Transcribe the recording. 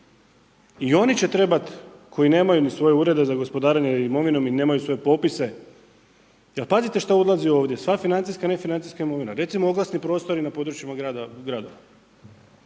I oni će trebat koji nemaju ni svoje urede za gospodarenje imovinom i nemaju svoje popise. Jer pazite što ulazi ovdje. Sva financijska i nefinancijska imovina. Recimo, oglasni prostori na područjima gradova